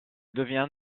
devient